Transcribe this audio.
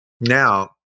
Now